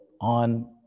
on